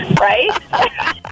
Right